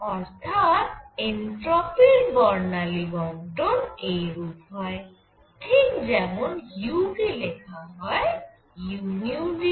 অর্থাৎ এনট্রপির বর্ণালী বণ্টন এইরূপ হয় ঠিক যেমন U কে লেখা হয় udν